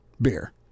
beer